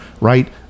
right